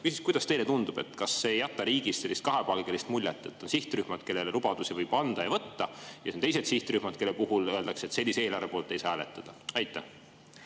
Kuidas teile tundub, kas see ei jäta riigist kahepalgelist muljet, kui on sihtrühmad, kellele lubadusi võib anda ja võtta, ja on teised sihtrühmad, kelle puhul öeldakse, et sellise eelarve poolt ei saa hääletada? Hea